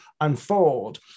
unfold